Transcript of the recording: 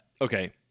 Okay